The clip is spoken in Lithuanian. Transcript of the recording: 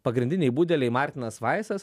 pagrindiniai budeliai martinas vaisas